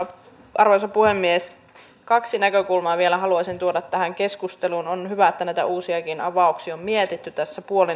arvoisa puhemies kaksi näkökulmaa vielä haluaisin tuoda tähän keskusteluun on hyvä että näitä uusiakin avauksia on mietitty tässä puolin